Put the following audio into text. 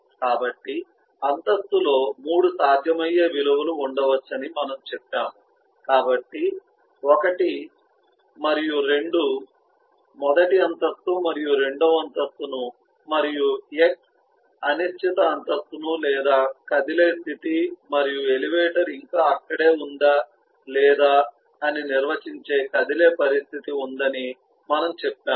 కాబట్టి అంతస్తులో 3 సాధ్యమయ్యే విలువలు ఉండవచ్చని మనము చెప్పాము కాబట్టి 1 మరియు 2 మొదటి అంతస్తు మరియు రెండవ అంతస్తు ను మరియు x అనిశ్చిత అంతస్తు ను లేదా కదిలే స్థితి మరియు ఎలివేటర్ ఇంకా అక్కడే ఉందా లేదా అని నిర్వచించే కదిలే పరిస్థితి ఉందని మనము చెప్పాము